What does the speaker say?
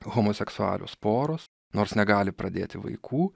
homoseksualios poros nors negali pradėti vaikų